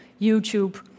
YouTube